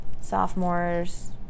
sophomores